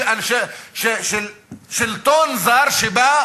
של שלטון זר שבא